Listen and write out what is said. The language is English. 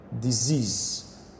disease